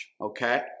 Okay